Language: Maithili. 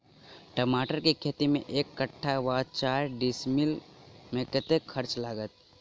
टमाटर केँ खेती मे एक कट्ठा वा चारि डीसमील मे कतेक खर्च लागत?